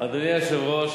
אדוני היושב-ראש,